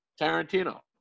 Tarantino